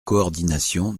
coordination